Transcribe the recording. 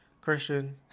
Christian